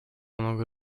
много